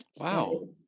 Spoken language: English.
Wow